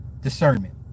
discernment